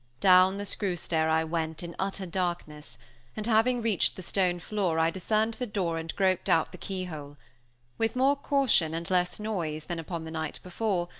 down the screw-stair i went in utter darkness and having reached the stone floor i discerned the door and groped out the key-hole. with more caution, and less noise than upon the night before,